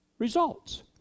Results